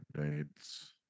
dates